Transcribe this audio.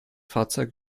fahrzeug